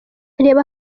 reba